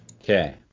Okay